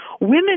Women